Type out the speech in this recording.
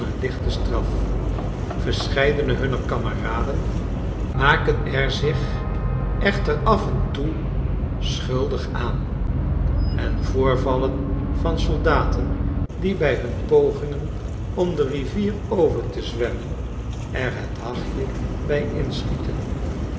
lichte straf yerscheidene hunner kameraden maken er zich echterafen toe schuldig aan en voorvallen van soldaten die bi hun pogingen om de rivier over te zwemmen er